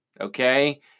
Okay